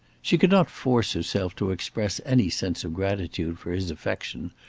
she could not force herself to express any sense of gratitude for his affection,